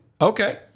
Okay